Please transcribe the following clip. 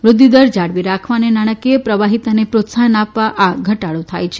વૃદ્ધિદર જાળવી રાખવા અને નાણાકીય પ્રવાહીતાને પ્રોત્સાહન આપવા આ ઘટાડો થાય છે